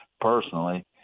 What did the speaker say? personally